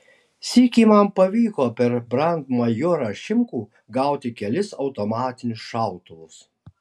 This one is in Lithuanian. sykį man pavyko per brandmajorą šimkų gauti kelis automatinius šautuvus